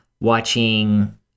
watching